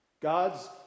God's